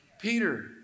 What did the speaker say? peter